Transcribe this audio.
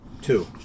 two